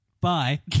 Bye